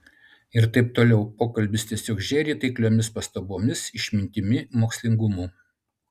ir taip toliau pokalbis tiesiog žėri taikliomis pastabomis išmintimi mokslingumu